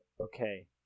Okay